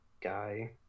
guy